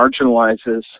marginalizes